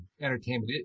entertainment